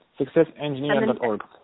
successengineer.org